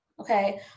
Okay